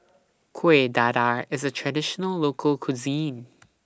Kueh Dadar IS A Traditional Local Cuisine